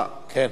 כן.